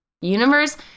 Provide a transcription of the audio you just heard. universe